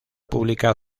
pública